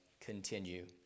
continue